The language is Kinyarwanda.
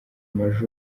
maj